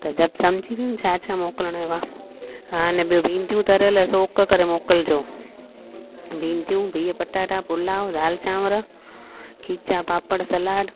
त जब समुझी वियो छा छा मोकिलिणो आहे हा अने ॿियों भींडियूं तरियल सोक करे मोकिलिजो भींडियूं बिहु पटाटा पुलाव दालि चांवरु खीचा पापड़ सलाड